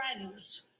friends